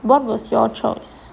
what was your choice